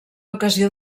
ocasió